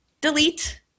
delete